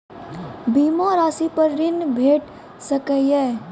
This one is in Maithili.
बीमा रासि पर ॠण भेट सकै ये?